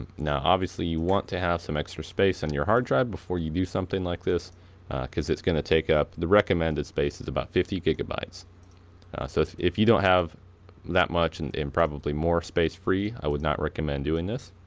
now obviously you want to have some extra space on your hard drive before you do something like this because it's going to take up, the recommended space is about fifty gigabytes so if you don't have that much and probably more space free i would not recommend doing this.